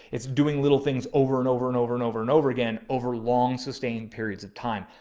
it's doing little things over and over and over and over and over again over long sustained periods of time.